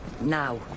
Now